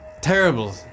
terrible